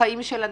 חיים של אנשים.